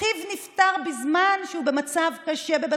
אחיו נפטר בזמן שהוא במצב קשה בבית